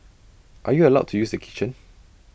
are you allowed to use the kitchen